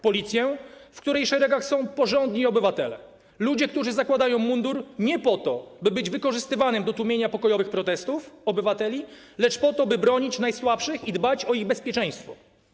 Policję, w której szeregach są porządni obywatele, ludzie, którzy zakładają mundur nie po to, by być wykorzystywanymi do tłumienia pokojowych protestów obywateli, lecz po to, by bronić najsłabszych i dbać o ich bezpieczeństwo.